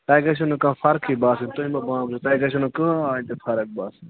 تۅہہِ گَژھِوٕ نہٕ کانٛہہ فرقٕے باسٕنۍ تُہی مہٕ بانٛمبرِو تُہی گَژھِوٕ نہٕ کٕہیٖنٛۍ تہِ فرق باسٕنۍ